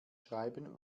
schreiben